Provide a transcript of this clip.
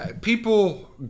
people